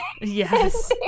Yes